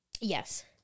yes